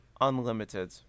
Unlimited